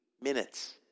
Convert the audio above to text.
minutes